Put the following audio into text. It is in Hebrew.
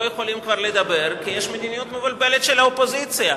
יכולים לדבר כי יש מדיניות מבולבלת של האופוזיציה.